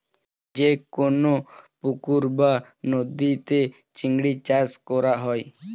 যে কোন পুকুর বা নদীতে চিংড়ি চাষ করা হয়